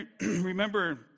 remember